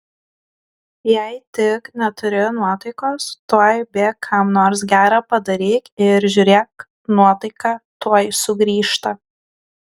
jei tik neturi nuotaikos tuoj bėk kam nors gera padaryk ir žiūrėk nuotaika tuoj sugrįžta